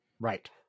Right